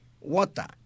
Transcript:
water